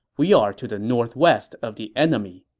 we are to the northwest of the enemy.